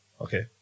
Okay